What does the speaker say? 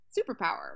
superpower